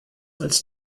als